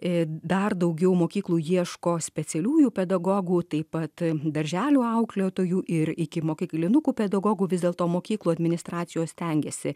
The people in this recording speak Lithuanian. dar daugiau mokyklų ieško specialiųjų pedagogų taip pat darželių auklėtojų ir ikimokyklinukų pedagogų vis dėl to mokyklų administracijos stengėsi